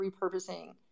repurposing